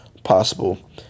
possible